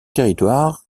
territoire